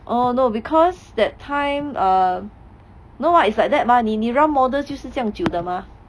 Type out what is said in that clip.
orh no because that time err no what is like that mah 你你 run model 就是这样久的嘛